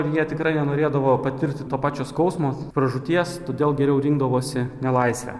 ir jie tikrai nenorėdavo patirti to pačio skausmo pražūties todėl geriau rinkdavosi nelaisvę